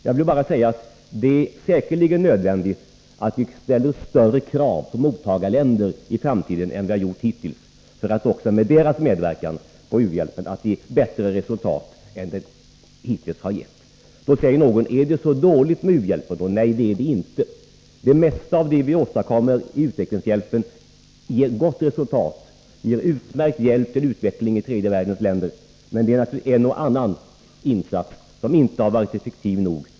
Låt mig bara säga att det säkerligen är nödvändigt att vi ställer större krav på mottagarländer i framtiden än hittills för att också med deras medverkan få u-hjälpen att ge bättre resultat. Då frågar någon om det är så dåligt ställt med u-hjälpen? Nej, det är det inte. Det mesta av vad vi åstadkommer genom u-hjälpen ger gott resultat och innebär ett utmärkt stöd till utveckling i tredje världens länder. Men det är naturligtvis en och annan insats som inte har varit effektiv nog.